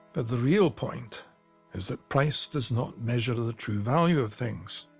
but the real point is that price does not measure the true value of things.